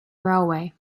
railway